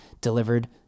delivered